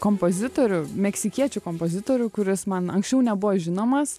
kompozitorių meksikiečių kompozitorių kuris man anksčiau nebuvo žinomas